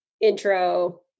intro